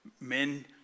men